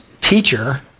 teacher